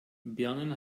birnen